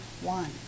one